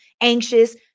anxious